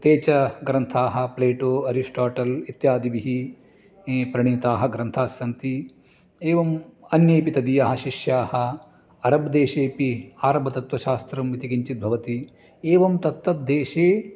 ते च ग्रन्थाः प्लेटु अरिश्टोटल् इत्यादिभिः ये प्रणीताः ग्रन्थास्सन्ति एवम् अन्येऽपि तदीयाः शिष्याः अरब् देशेऽपि आरबतत्त्वशास्त्रम् इति किञ्चित् भवति एवं तत्तद्देशे